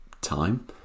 Time